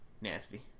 nasty